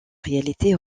réalité